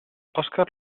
oscar